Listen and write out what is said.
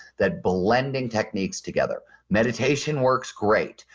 that blending techniques together meditation works great.